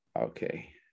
Okay